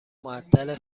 معطل